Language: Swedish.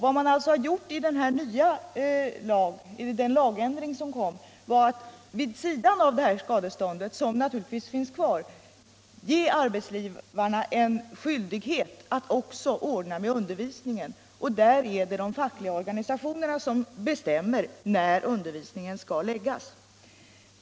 Vad man alltså gjorde genom den lagändring som kom var att vid sidan av detta skadestånd, som naturligtvis finns kvar, ge arbetsgivarna en skyldighet att också ordna med undervisningen. Det är de fackliga organisationerna som bestämmer när undervisningen skall ges.